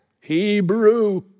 Hebrew